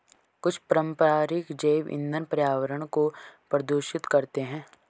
कुछ पारंपरिक जैव ईंधन पर्यावरण को प्रदूषित करते हैं